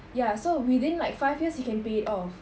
ya so within like five year he can pay it off